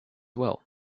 well